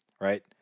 right